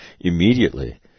immediately